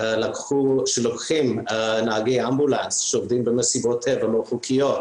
שלוקחים נהגי אמבולנס שעובדים במסיבות טבע לא חוקיות